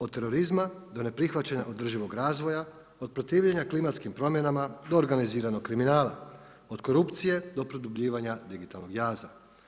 Od terorizma do neprihvaćanja održivog razvoja, od protivljenja klimatskim promjenama do organiziranog kriminala, od korupcije do produbljivanja digitalnog jaza.